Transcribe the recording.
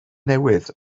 newydd